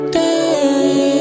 day